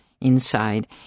inside